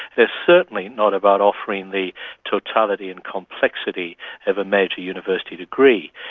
they are certainly not about offering the totality and complexity of a major university degree.